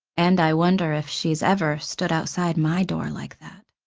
and i wonder if she's ever stood outside my door like that.